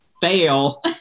fail